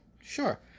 Sure